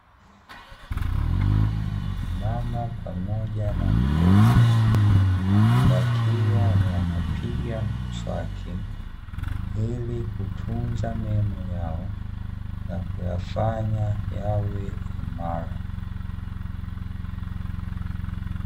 Mama pamoja na mtoto wakiwa wanapiga mswaki, ili kutunza meno yao na kuyafanya yawe imara.